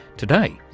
today,